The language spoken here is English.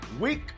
Week